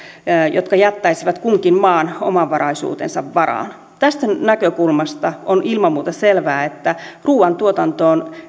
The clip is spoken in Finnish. jotka jättäisivät kunkin maan omavaraisuutensa varaan tästä näkökulmasta on ilman muuta selvää että ruuantuotantoon